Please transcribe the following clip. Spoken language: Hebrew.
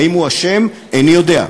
האם הוא אשם, אינני יודע,